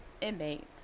inmates